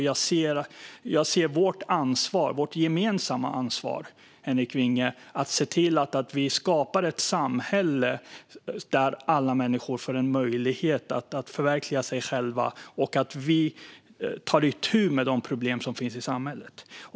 Jag ser vårt gemensamma ansvar, Henrik Vinge, för att se till att vi skapar ett samhälle där alla människor får en möjlighet att förverkliga sig själva och att vi tar itu med de problem som finns i samhället.